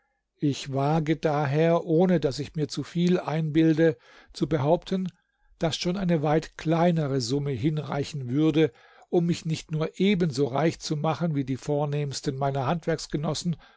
ich wage daher ohne daß ich mir zu viel einbilde zu behaupten daß schon eine weit kleinere summe hinreichen würde um mich nicht nur ebenso reich zu machen wie die vornehmsten meiner